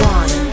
one